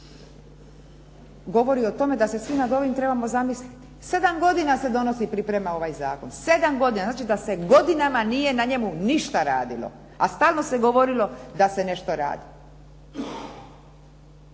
govori o tome da se svi nad ovim trebamo zamisliti. Sedam godina se donosi i priprema ovaj zakon. Sedam godina. Znači da se godinama nije na njemu ništa radilo, a stalno se govorilo da se nešto radi.